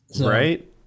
Right